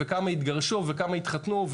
וכמה יתגרשו וכמה יתחתנו,